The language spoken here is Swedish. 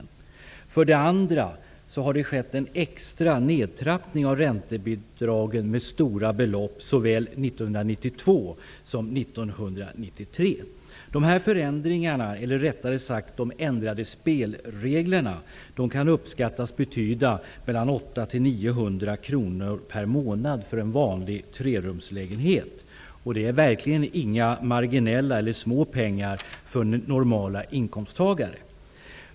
För det andra har det skett en extra nedtrappning av räntebidragen med stora belopp såväl 1992 som Dessa ändrade spelregler kan uppskattas betyda 800--900 kr per månad för en vanlig trerumslägenhet. Det är verkligen inga små pengar för normala inkomsttagare.